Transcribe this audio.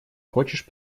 хочешь